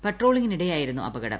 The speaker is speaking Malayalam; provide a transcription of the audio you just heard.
പട്രോളിംഗിനിടെയായിരുന്നു അപകടം